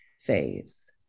phase